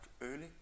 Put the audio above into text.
early